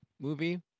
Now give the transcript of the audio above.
movie